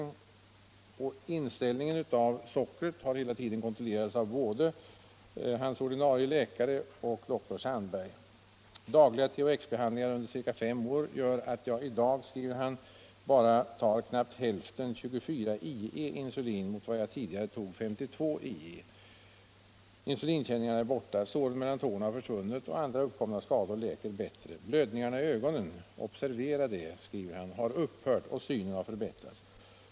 Det heter vidare i brevet: ”Inställningen av mitt socker har hela tiden kontrollerats av både mina ordinarie legitimerade läkare och doktor Sandberg. Dagliga THX-behandlingar under ca fem år gör att jag i dag bara har knappt hälften 24 IE insulin mot vad jag tidigare tog 52 IE. Insulinkänningarna är borta, såren mellan tårna har försvunnit och andra uppkomna skador läker bättre. Blödningarna i ögonen har upphört och synen förbättrats.